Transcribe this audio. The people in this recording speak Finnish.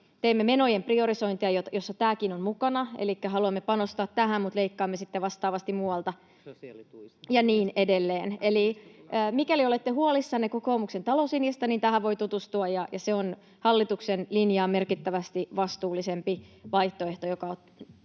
teemme menojen priorisointia, jossa tämäkin on mukana, elikkä haluamme panostaa tähän, mutta leikkaamme sitten vastaavasti muualta, [Leena Meri: Sosiaalituista!] ja niin edelleen. Eli mikäli olette huolissanne kokoomuksen talouslinjasta, niin tähän voi tutustua. Se on hallituksen linjaa merkittävästi vastuullisempi vaihtoehto, joka